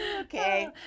Okay